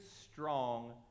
strong